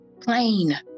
plain